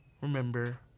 remember